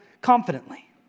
confidently